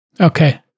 Okay